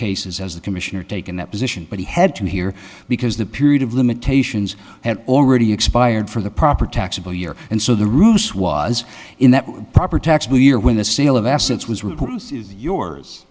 cases has the commissioner taken that position but he had to be here because the period of limitations had already expired for the proper taxable year and so the roots was in that proper taxable year when the sale of assets was really is yours